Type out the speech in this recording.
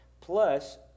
plus